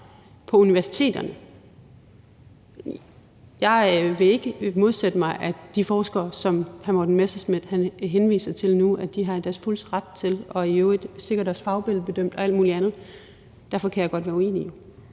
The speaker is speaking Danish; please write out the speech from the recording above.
på universiteterne. Jeg vil ikke modsætte mig, at de forskere, som hr. Morten Messerschmidt henviser til nu, er i deres fulde ret og sikkert også fagfællebedømt og alt muligt andet, men derfor kan jeg godt være uenig